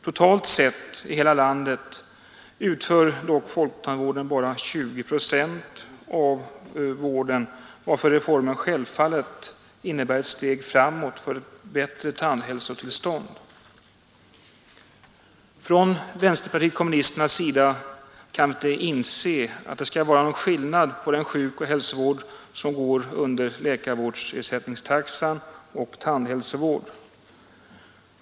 Totalt sett i hela landet utför dock folktandvården bara 20 procent av vården, varför reformen självfallet innebär ett steg framåt mot bättre tandhälsotillstånd. Från vänsterpartiet kommunisternas sida kan vi inte inse att det skall vara någon skillnad mellan den sjukoch hälsovård som är underkastad läkarvårdsersättningstaxan och tandhälsovården.